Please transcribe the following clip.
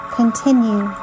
continue